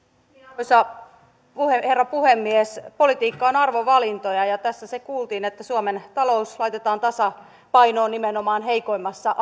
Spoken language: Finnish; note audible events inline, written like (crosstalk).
arvoisa herra puhemies politiikka on arvovalintoja ja tässä se kuultiin että suomen talous laitetaan tasapainoon nimenomaan heikoimmassa (unintelligible)